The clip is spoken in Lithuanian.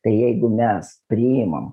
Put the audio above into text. tai jeigu mes priimam